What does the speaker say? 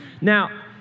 Now